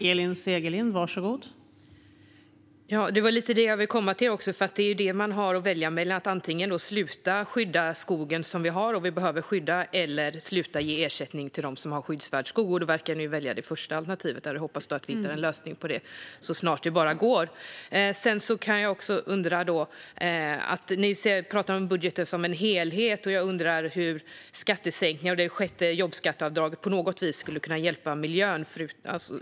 Fru talman! Det var lite det jag ville komma till, för det är detta man har att välja mellan: antingen att sluta skydda skogen som vi har och som vi behöver skydda eller att sluta ge ersättning till dem som har skyddsvärd skog. Ni verkar välja det första alternativet. Jag hoppas då att vi hittar en lösning på detta så snart det bara går. Ni pratar om budgeten som en helhet. Jag undrar hur skattesänkningar som det sjätte jobbskatteavdraget på något vis skulle kunna hjälpa miljön.